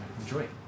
Enjoy